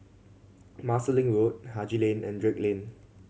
Marsiling Road Haji Lane and Drake Lane